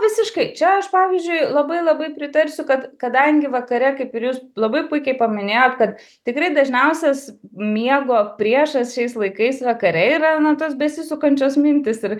visiškai čia aš pavyzdžiui labai labai pritarsiu kad kadangi vakare kaip ir jūs labai puikiai paminėjot kad tikrai dažniausias miego priešas šiais laikais vakare yra na tos besisukančios mintys ir